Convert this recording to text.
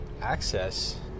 access